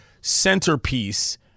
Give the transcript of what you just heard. centerpiece